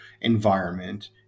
environment